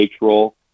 role